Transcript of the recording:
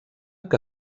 que